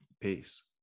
Peace